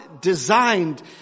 designed